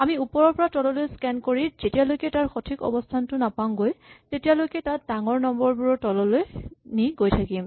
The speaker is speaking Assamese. আমি ওপৰৰ পৰা তললৈ স্কেন কৰি যেতিয়ালৈকে তাৰ সঠিক অৱস্হানটো নাপাওঁগৈ তেতিয়ালৈকে তাতকৈ ডাঙৰ নম্বৰ বোৰৰ তললৈ নি গৈ থাকিম